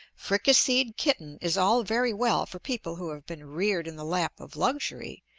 fricasseed kitten is all very well for people who have been reared in the lap of luxury,